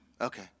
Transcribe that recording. Okay